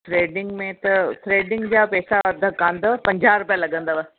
threading में त threading जा पैसा अद कोन्ह अथव पंजाह रुपिया लॻंदव